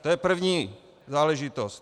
To je první záležitost.